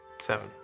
Seven